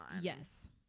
Yes